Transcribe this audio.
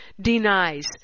denies